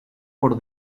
por